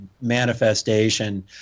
manifestation